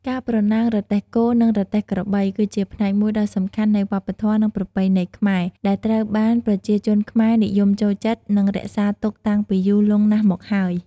ការប្រណាំងរទេះគោ និងរទេះក្របី គឺជាផ្នែកមួយដ៏សំខាន់នៃវប្បធម៌ និងប្រពៃណីខ្មែរ ដែលត្រូវបានប្រជាជនខ្មែរនិយមចូលចិត្ត និងរក្សាទុកតាំងពីយូរលង់ណាស់មកហើយ។